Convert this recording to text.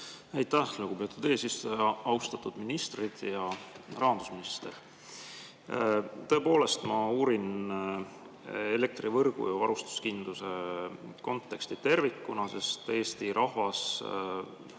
Aitäh, lugupeetud eesistuja! Austatud ministrid! Hea rahandusminister! Tõepoolest, ma uurin elektrivõrgu ja varustuskindluse konteksti tervikuna, sest Eesti rahvas